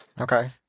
Okay